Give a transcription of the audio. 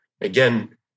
again